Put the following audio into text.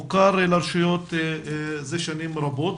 מוכר לרשויות זה שנים רבות